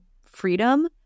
freedom